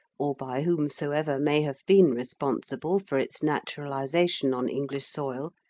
or by whomsoever may have been responsible for its naturalisation on english soil,